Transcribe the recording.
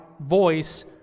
voice